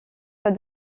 pas